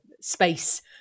space